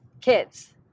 kids